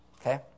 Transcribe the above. okay